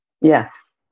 Yes